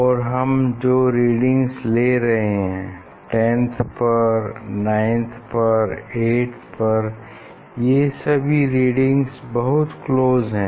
और हम जो रीडिंग्स ले रहे हैं 10 th पर 9 th पर या 8 th पर ये सभी रीडिंग्स बहुत क्लोज हैं